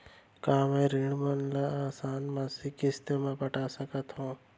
का मैं ऋण मन ल आसान मासिक किस्ती म पटा सकत हो?